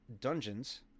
Dungeons